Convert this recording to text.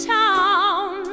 town